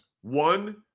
one